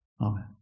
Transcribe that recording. Amen